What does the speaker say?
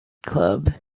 club